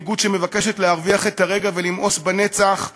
מנהיגות שמבקשת להרוויח את הרגע ולמאוס בנצח,